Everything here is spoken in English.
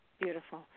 Beautiful